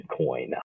Bitcoin